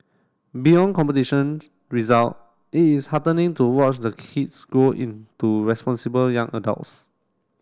beyond competitions result it is heartening to watch the kids grow into responsible young adults